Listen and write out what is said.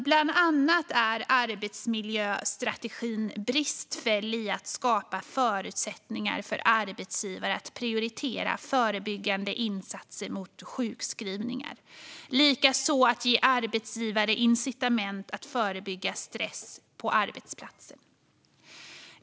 Bland annat är arbetsmiljöstrategin bristfällig i att skapa förutsättningar för arbetsgivare att prioritera förebyggande insatser mot sjukskrivningar. Likaså gäller det att ge arbetsgivare incitament att förebygga stress på arbetsplatsen.